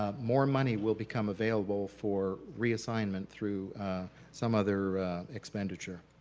ah more money will become available for reassignment through some other expenditure.